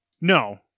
No